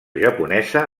japonesa